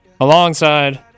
alongside